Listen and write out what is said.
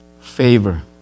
favor